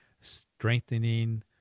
Strengthening